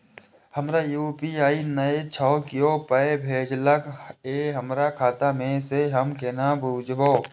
हमरा यू.पी.आई नय छै कियो पाय भेजलक यै हमरा खाता मे से हम केना बुझबै?